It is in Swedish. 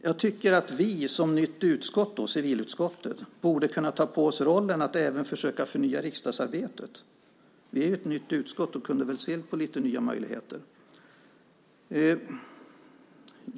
Jag tycker att vi som sitter i civilutskottet, som är ett nytt utskott, borde kunna ta på oss rollen att även försöka förnya riksdagsarbetet. Det är ett nytt utskott, och vi kunde se på lite nya möjligheter.